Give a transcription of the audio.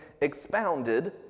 expounded